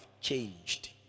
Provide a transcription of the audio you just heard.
changed